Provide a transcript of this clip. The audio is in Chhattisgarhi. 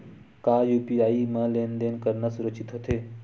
का यू.पी.आई म लेन देन करना सुरक्षित होथे?